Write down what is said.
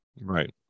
Right